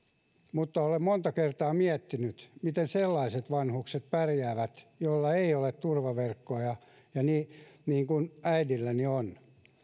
mutta olen monta kertaa miettinyt miten sellaiset vanhukset pärjäävät joilla ei ole turvaverkkoja niin niin kuin äidilläni on